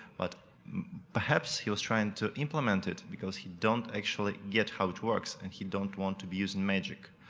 but perhaps he was trying to implement it because he don't actually get how it works and he don't want to be using magic.